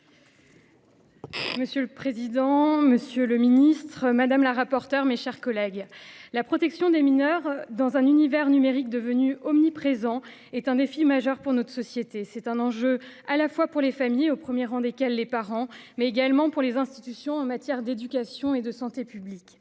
Monsieur le président, monsieur le garde des sceaux, mes chers collègues, la protection des mineurs dans un univers numérique devenu omniprésent constitue un défi majeur pour notre société. Il s'agit d'un enjeu à la fois pour les familles, en premier lieu les parents, et pour les institutions, en matière d'éducation et de santé publique.